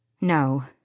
No